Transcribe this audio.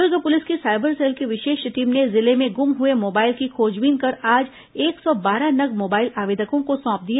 Durg police की cyber cell की विशेष टीम ने जिले में गुम हए मोबाइल की खोजबीन कर आज एक सौ बारह नग मोबाइल आवेदकों को सौंप दिए